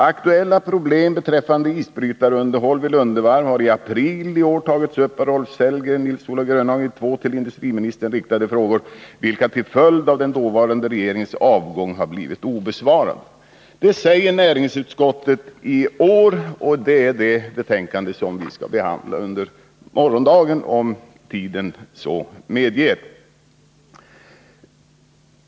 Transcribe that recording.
Aktuella problem beträffande isbrytarunderhåll vid Lunde Varv har i april i år tagits upp av Rolf Sellgren och Nils-Olof Grönhagen i två till industriministern riktade frågor , vilka till följd av den dåvarande regeringens avgång har förblivit obesvarade.” Det säger näringsutskottet i år, och detta betänkande skall vi behandla under morgondagen, om tiden så medger.